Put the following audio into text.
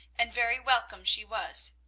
and very welcome she was.